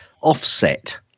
offset